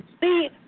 See